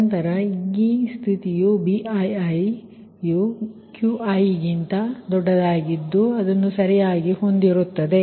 ನಂತರ ಈ ಸ್ಥಿತಿಯು Bii≫Qi ಅನ್ನು ಸರಿಯಾಗಿ ಹೊಂದಿರುತ್ತದೆ